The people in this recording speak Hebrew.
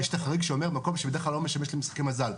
גם בהגדרה יש את החריג שאומר 'מקום שבדרך כלל לא משמש למשחקי מזל'.